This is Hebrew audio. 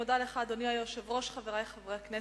אדוני היושב-ראש, אני מודה לך, חברי חברי הכנסת,